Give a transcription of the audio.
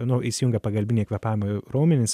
nu įsijungia pagalbiniai kvėpavimo raumenys